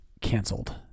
canceled